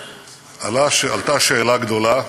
ועלתה שאלה גדולה,